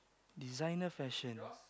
designer fashions